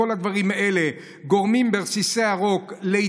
כל הדברים האלה גורמים להידבקות מרסיסי הרוק.